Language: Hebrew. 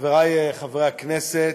חברי חברי הכנסת,